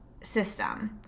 system